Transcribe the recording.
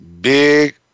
Big